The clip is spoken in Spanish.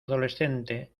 adolescente